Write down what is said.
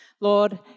Lord